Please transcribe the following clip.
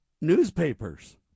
newspapers